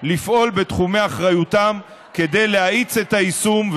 לפעול בתחומי אחריותם כדי להאיץ את היישום,